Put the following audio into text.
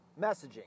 messaging